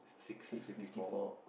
six fifty four